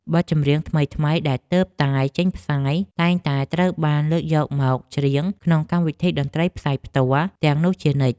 បទចម្រៀងថ្មីៗដែលទើបតែចេញផ្សាយតែងតែត្រូវបានលើកយកមកច្រៀងក្នុងកម្មវិធីតន្ត្រីផ្សាយផ្ទាល់ទាំងនោះជានិច្ច។